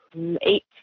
eight